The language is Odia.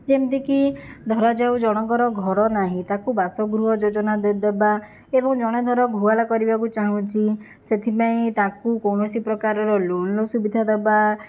ଯେମିତିକି ଧରାଯାଉ ଜଣଙ୍କର ଘର ନାହିଁ ତାକୁ ବାସଗୃହ ଯୋଜନା ଦେବା ଏବଂ ଜଣେ ଧର ଗୁହାଳ କରିବାକୁ ଚାହୁଁଛି ସେଥିପାଇଁ ତାକୁ କୌଣସି ପ୍ରକାରର ଲୋନର ସୁବିଧା ଦେବା